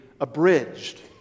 abridged